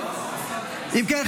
אם כן,